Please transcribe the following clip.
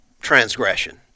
transgression